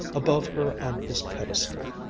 above her on his pedestal,